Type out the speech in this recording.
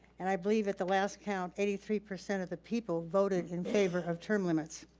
and i believe at the last count eighty three percent of the people voted in favor of term limits.